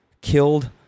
killed